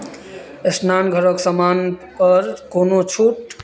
स्नानघरक सामान पर कोनो छूट